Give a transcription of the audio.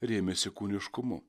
rėmėsi kūniškumu